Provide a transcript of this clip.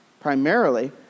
primarily